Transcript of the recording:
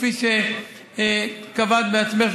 כפי שקבעת בעצמך,